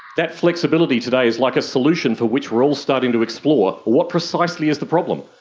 that flexibility today is like a solution for which we are all starting to explore what precisely is the problem,